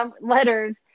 letters